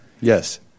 yes